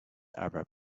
arab